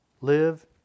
live